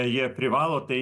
jie privalo tai